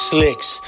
Slicks